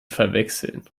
verwechseln